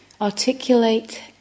articulate